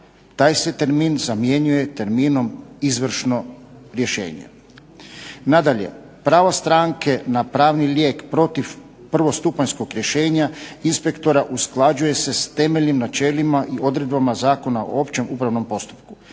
Taj se termin zamjenjuje terminom izvršno rješenje. Nadalje, pravo stranke na pravni lijek protiv prvostupanjskog rješenja inspektora usklađuje se s temeljnim načelima i odredbama Zakona o općem upravnom postupku,